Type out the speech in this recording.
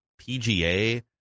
PGA